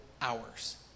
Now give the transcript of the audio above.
hours